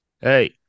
hey